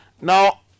Now